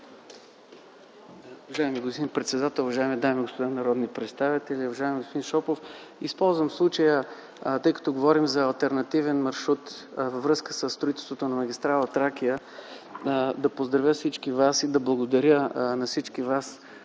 Уважаеми господин председател, уважаеми дами и господа народни представители, уважаеми господин Шопов! Използвам случая, че говорим за алтернативен маршрут във връзка със строителството на магистрала „Тракия”, да поздравя всички вас, да благодаря на всички вас...